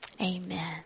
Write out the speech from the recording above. Amen